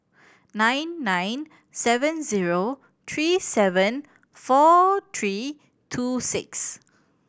nine nine seven zero three seven four three two six